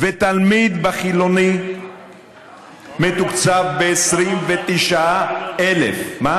ותלמיד בחילוני מתוקצב ב-29,000, בממלכתי.